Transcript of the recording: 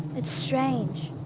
it's strange.